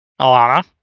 Alana